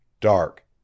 dark